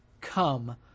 Come